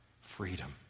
freedom